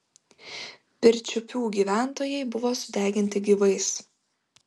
pirčiupių gyventojai buvo sudeginti gyvais